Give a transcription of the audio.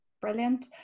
Brilliant